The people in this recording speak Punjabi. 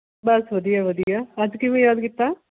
ਬਸ ਵਧੀਆ ਵਧੀਆ ਅੱਜ ਕਿਵੇਂ ਯਾਦ ਕੀਤਾ